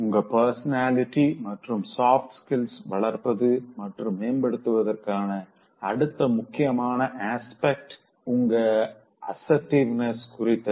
உங்க பர்சனாலிட்டி மற்றும் சாப்ட் ஸ்கில வளர்ப்பது மற்றும் மேம்படுத்துவதற்கான அடுத்த முக்கியமான அஸ்பெக்ட் உங்க அசர்ட்டிவ்னெஸை குறித்தது